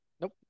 Nope